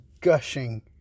gushing